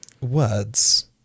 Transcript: Words